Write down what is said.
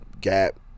Gap